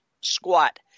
squat